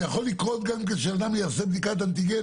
יכול לקרות גם שאדם יעשה בדיקת אנטיגן